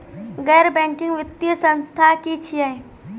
गैर बैंकिंग वित्तीय संस्था की छियै?